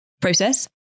process